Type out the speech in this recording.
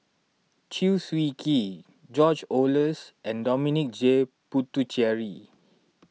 Chew Swee Kee George Oehlers and Dominic J Puthucheary